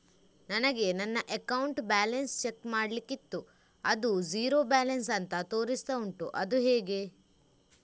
ನನಗೆ ನನ್ನ account balance check ಮಾಡ್ಲಿಕ್ಕಿತ್ತು ಅದು ಝೀರೋ ಬ್ಯಾಲೆನ್ಸ್ ಅಂತ ತೋರಿಸ್ತಾ ಉಂಟು ಅದು ಹೇಗೆ?